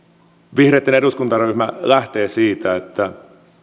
vihreitten eduskuntaryhmä lähtee siitä että